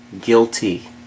guilty